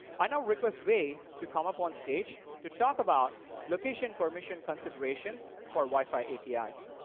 i now request wei to come up on stage, to talk about location permission considerations for wi-fi apis.